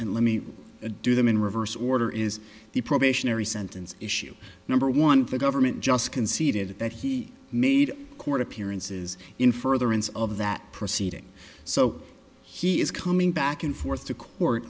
and let me a do them in reverse order is the probationary sentence issue number one for government just conceded that he made court appearances in furtherance of that proceeding so he is coming back and forth to court